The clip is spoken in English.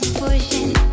pushing